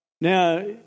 Now